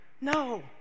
No